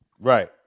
Right